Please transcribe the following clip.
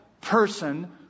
person